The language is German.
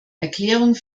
erklärung